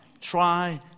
Try